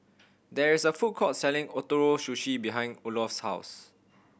there is a food court selling Ootoro Sushi behind Olof's house